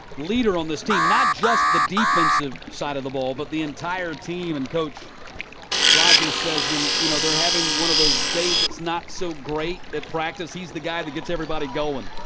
leader on this team, not just the defensive side of the ball but the entire team and coach rogers says when you know they're having one of those days that's not so great at practice, he's the guy that gets everybody going.